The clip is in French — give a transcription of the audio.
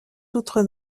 d’outre